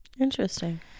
Interesting